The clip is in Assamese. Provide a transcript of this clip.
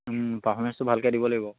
পাৰ্ফমেঞ্চটো ভালকৈ দিব লাগিব